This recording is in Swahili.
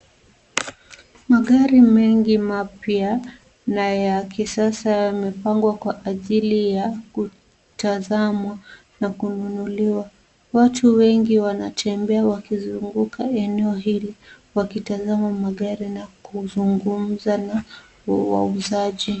Magari mengi mapya na ya kisasa yamepangwa kwa ajili ya kutazamwa na kununuliwa. Watu wengi wanatembea wakizunguka eneo hili, wakitazama magari na kuzungumza na wauzaji.